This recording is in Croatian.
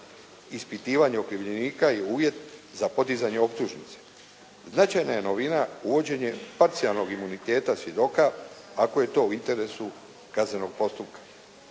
Ispitivanje okrivljenika je uvjet za podizanje optužnice. Značajna je novina uvođenje parcijalnog imuniteta svjedoka ako je to u interesu kaznenog postupka.